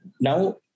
Now